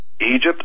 Egypt